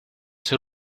ser